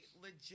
legit